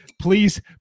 Please